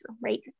right